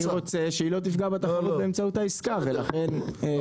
אני רוצה שהיא לא תפגע בתחרות באמצעות העסקה ולכן זה